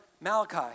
Malachi